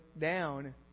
down